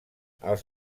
els